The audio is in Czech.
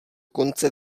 konce